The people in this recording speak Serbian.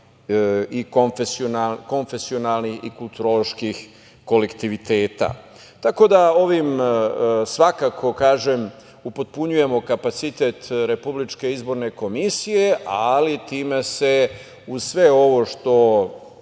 i konfesionalnih i kulturoloških kolektiviteta. Tako da, ovim svakako upotpunjujemo kapacitet Republičke izborne komisije, ali time se, uz sve ovo što